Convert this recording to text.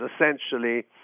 essentially